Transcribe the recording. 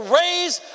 raise